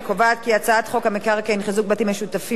אני קובעת כי הצעת חוק המקרקעין (חיזוק בתים משותפים